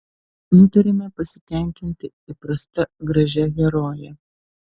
nutarėme pasitenkinti įprasta gražia heroje